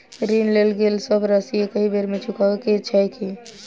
ऋण लेल गेल सब राशि एकहि बेर मे चुकाबऽ केँ छै की?